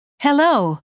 Hello